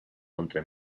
contra